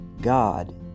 God